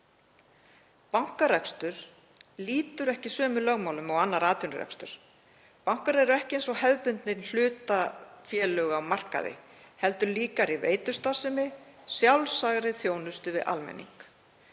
Bankarekstur lýtur ekki sömu lögmálum og annar atvinnurekstur. Bankar eru ekki eins og hefðbundin hlutafélög á markaði heldur líkari veitustarfsemi, sjálfsagðri þjónustu við almenning.